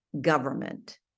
government